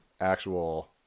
actual